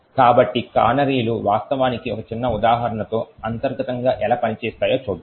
కాబట్టి కానరీలు వాస్తవానికి ఒక చిన్న ఉదాహరణతో అంతర్గతంగా ఎలా పనిచేస్తాయో చూద్దాం